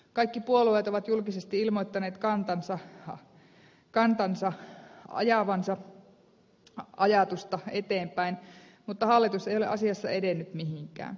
kaikki puolueet ovat julkisesti ilmoittaneet kantansa ajavansa ajatusta eteenpäin mutta hallitus ei ole asiassa edennyt mihinkään